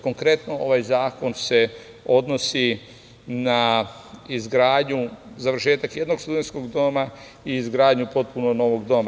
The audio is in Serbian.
Konkretno, ovaj zakon se odnosi na izgradnju, završetak jednog studentskog doma i izgradnju potpuno novog doma.